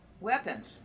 weapons